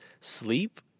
sleep